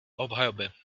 obhajoby